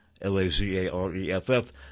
L-A-Z-A-R-E-F-F